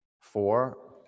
four